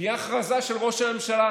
ותהיה הכרזה של ראש הממשלה.